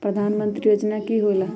प्रधान मंत्री योजना कि होईला?